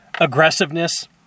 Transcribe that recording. aggressiveness